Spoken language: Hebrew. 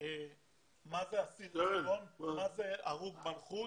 מה זה אסיר ציון ומה זה הרוג מלכות.